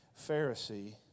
Pharisee